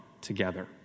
together